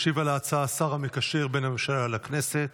ישיב על ההצעה השר המקשר בין הממשלה לכנסת,